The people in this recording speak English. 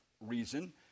reason